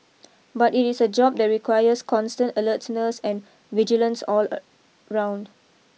but it is a job that requires constant alertness and vigilance all around